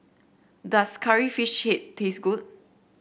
does curry fish chip taste good